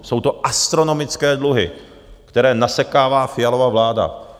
Jsou to astronomické dluhy, které nasekává Fialova vláda.